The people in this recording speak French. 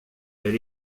elle